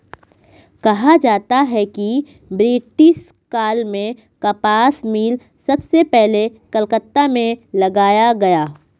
कहा जाता है कि ब्रिटिश काल में कपास मिल सबसे पहले कलकत्ता में लगाया गया